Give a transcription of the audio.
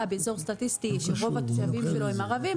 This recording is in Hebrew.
באזור סטטיסטי שרוב התושבים שלו הם ערבים,